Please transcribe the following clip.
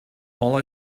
all